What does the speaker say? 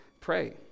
pray